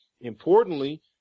Importantly